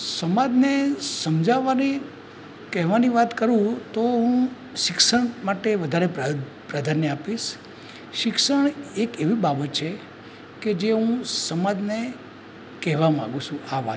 સમાજને સમજાવવાની કહેવાની વાત કરું તો હું શિક્ષણ માટે વધારે પ્રા પ્રાધાન્ય આપીશ શિક્ષણ એક એવી બાબત છે કે જે હું સમાજને કહેવા માગુ છું આ વાત